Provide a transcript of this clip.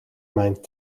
mijn